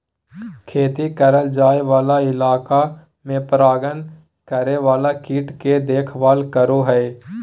खेती करल जाय वाला इलाका में परागण करे वाला कीट के देखभाल करो हइ